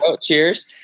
Cheers